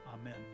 Amen